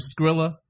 Skrilla